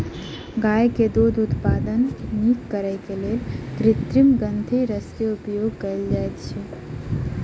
गाय के दूध उत्पादन नीक करैक लेल कृत्रिम ग्रंथिरस के उपयोग कयल जाइत अछि